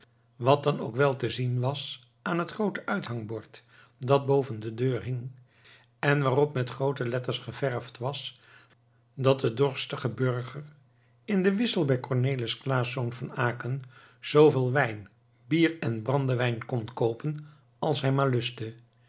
wat dan ook wel te zien was aan het groote uithangbord dat boven de deur hing en waarop met groote letters geverfd was dat de dorstige burger in den wissel bij cornelis claesz van aecken zooveel wijn bier en brandewijn kon koopen als hij maar lustte